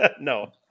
No